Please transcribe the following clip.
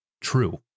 true